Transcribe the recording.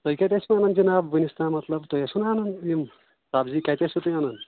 تُہۍ کَتہِ ٲسوٕ وۄنۍ جِناب وٕنیُک تام مطلب تُہۍ ٲسوٕ نا اَنان یِم سبزی کَتہِ ٲسوٕ تُہۍ اَنان